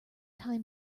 time